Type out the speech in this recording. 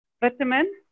Vitamin